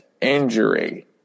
injury